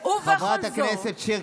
חברת הכנסת שיר,